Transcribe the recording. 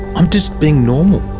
i'm just being normal.